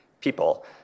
people